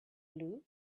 blue